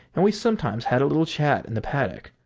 and we sometimes had a little chat in the paddock,